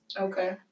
okay